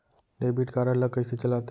Debit card ला कइसे चलाते?